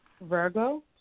Virgo